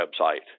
website